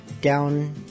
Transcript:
down